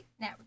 Now